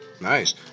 Nice